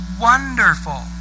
wonderful